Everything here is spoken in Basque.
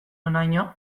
honaino